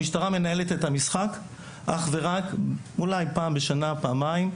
המשטרה מנהלת את המשחק אולי פעם אחת או פעמיים בשנה,